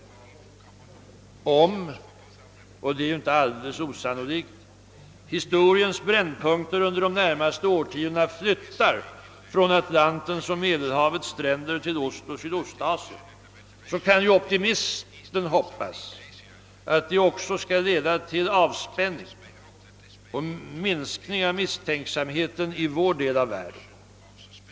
Om — vilket inte är alldeles osannolikt — historiens brännpunkter under de närmaste årtiondena flyttar från Atlantens och Medelhavets stränder till Ostoch Sydostasien, kan ju optimisten hoppas att det också skall leda till avspänning och en minskning av misstänksamheten i vår del av världen.